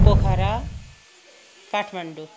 Pokhara Kathmandu